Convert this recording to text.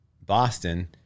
Boston